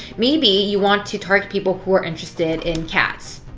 maybe you want to target people who are interested in cats.